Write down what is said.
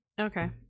Okay